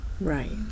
right